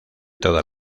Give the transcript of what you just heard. todas